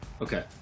okay